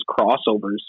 crossovers